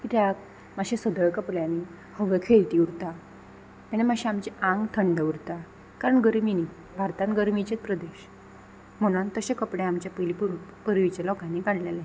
कित्याक मातशे सदळ कपड्यानी हवे खेळती उरता तेन्ना मात्शें आमचें आंग थंड उरता कारण गर्मी न्ही भारतान गर्मीचेत प्रदेश म्हणून तशे कपडे आमच्या पयलीं पूर पुर्वीच्या लोकांनी काडलेले